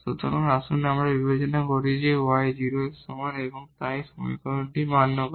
সুতরাং আসুন আমরা বিবেচনা করি যে y 0 এর সমান তাই এই সমীকরণটিকে মান্য করে